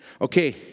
Okay